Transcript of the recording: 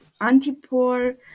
anti-poor